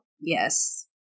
Yes